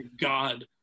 god